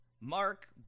Mark